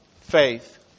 faith